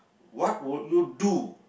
what would you do